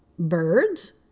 Birds